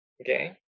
okay